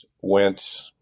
went